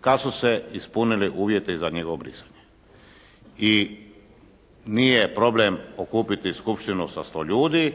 kad su se ispunili uvjeti za njihovo brisanje. I nije problem okupiti skupštinu sa 100 ljudi,